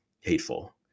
hateful